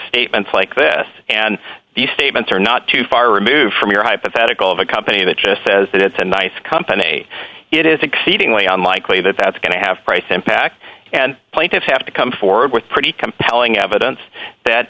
statements like this and the statements are not too far removed from your hypothetical of a company that just says that it's a nice company it is exceedingly unlikely that that's going to have price impact and plaintiffs have to come forward with pretty compelling evidence that